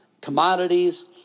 commodities